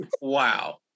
Wow